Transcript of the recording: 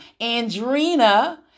Andrina